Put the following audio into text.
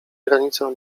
granicą